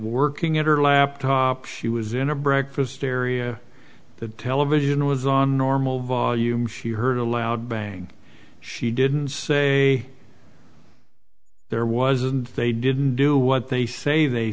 working at her laptop she was in a breakfast area the television was on normal volume she heard a loud bang she didn't say there wasn't they didn't do what they say they